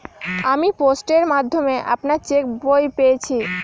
আমি পোস্টের মাধ্যমে আমার চেক বই পেয়েছি